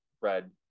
red